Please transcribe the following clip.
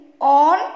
on